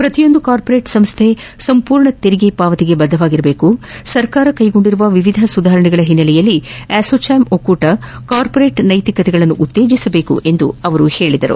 ಪ್ರತಿಯೊಂದು ಕಾರ್ಮೋರೇಟ್ ಸಂಸ್ಥೆ ಸಂಪೂರ್ಣ ತೆರಿಗೆ ಪಾವತಿಗೆ ಬದ್ಧವಾಗಿರಬೇಕು ಸರ್ಕಾರ ಕ್ಲೆಗೊಂಡಿರುವ ವಿವಿಧ ಸುಧಾರಣೆಗಳ ಹಿನ್ನೆಲೆಯಲ್ಲಿ ಅಸೋಚಾಮ್ ಒಕ್ಕೂಟ ಕಾರ್ಮೋರೇಟ್ ನೈತಿಕತೆಗಳನ್ನು ಉತ್ತೇಜಸಬೇಕು ಎಂದು ಅವರು ಹೇಳಿದರು